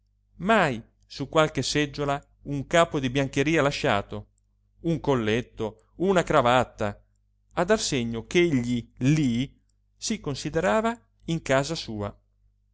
mai su qualche seggiola un capo di biancheria lasciato un colletto una cravatta a dar segno ch'egli lí si considerava in casa sua